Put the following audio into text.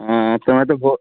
ତମେ ତ